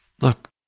look